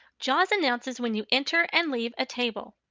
jaws announces when you enter and leave a table.